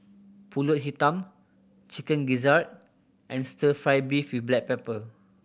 Pulut Hitam Chicken Gizzard and Stir Fry beef with black pepper